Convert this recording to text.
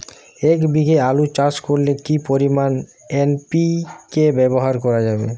এক বিঘে আলু চাষ করলে কি পরিমাণ এন.পি.কে ব্যবহার করা যাবে?